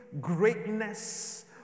greatness